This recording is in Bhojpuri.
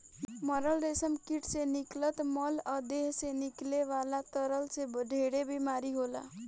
मरल रेशम कीट से निकलत मल आ देह से निकले वाला तरल से ढेरे बीमारी होला